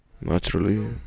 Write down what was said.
naturally